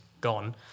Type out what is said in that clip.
gone